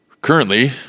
currently